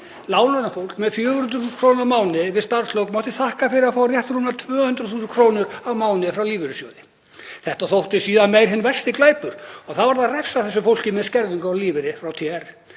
Láglaunafólk með 400.000 kr. á mánuði við starfslok mátti þakka fyrir að fá rétt rúmar 200.000 kr. á mánuði frá lífeyrissjóði. Þetta þótti síðar meir hinn versti glæpur og það varð að refsa þessu fólki með skerðingu á lífeyri frá TR.